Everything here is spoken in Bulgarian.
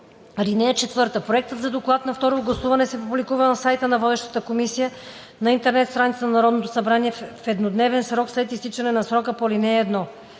съответно. (4) Проектът на доклад за второ гласуване се публикува на сайта на водещата комисия на интернет страницата на Народното събрание в еднодневен срок след изтичане на срока по ал. 1.